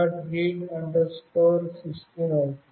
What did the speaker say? read u16 అవుతుంది